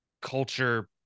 culture